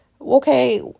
okay